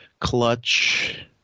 Clutch